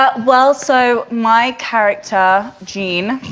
ah well, so my character jean